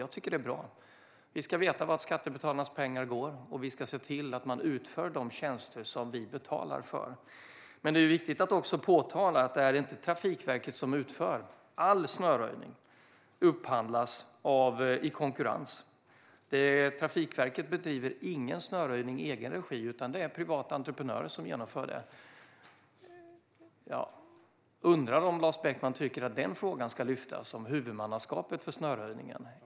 Jag tycker att kontrollen är bra - vi ska veta vart skattebetalarnas pengar går, och vi ska se till att de tjänster vi betalar för blir utförda. Det är dock viktigt att påpeka att det inte är Trafikverket som utför detta. All snöröjning upphandlas i konkurrens. Trafikverket bedriver ingen snöröjning i egen regi, utan det är privata entreprenörer som genomför den. Jag undrar om Lars Beckman tycker att denna fråga ska tas upp, alltså huvudmannaskapet för snöröjningen.